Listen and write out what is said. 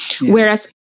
Whereas